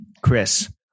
Chris